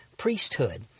Priesthood